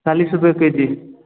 चालिस रुपये के जी